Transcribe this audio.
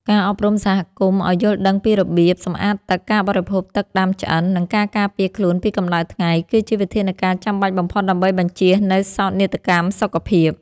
ការអប់រំសហគមន៍ឱ្យយល់ដឹងពីរបៀបសម្អាតទឹក ការបរិភោគទឹកដាំឆ្អិន និងការការពារខ្លួនពីកម្ដៅថ្ងៃ គឺជាវិធានការចាំបាច់បំផុតដើម្បីបញ្ជៀសនូវសោកនាដកម្មសុខភាព។